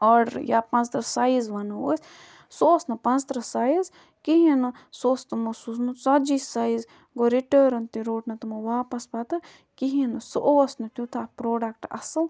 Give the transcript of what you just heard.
order یا پانٛژترٕٛہ size وَنو أسۍ سُہ اوس نہٕ پانٛژتٕرٛہ سایز کِہیٖنۍ نہٕ سُہ اوس تِمو سوٗزمُت ژَتجی سایز گوٚو رِٹٲرٕن تہِ روٚٹ نہٕ تِمو واپَس پَتہٕ کِہیٖنۍ نہٕ سُہ اوس نہٕ تیٛوتاہ پرٛوڈَکٹہٕ اصٕل